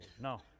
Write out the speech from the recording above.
No